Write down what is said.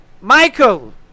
Michael